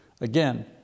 Again